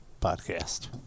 podcast